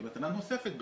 וכמטלה נוספת,